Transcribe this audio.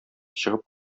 чыгып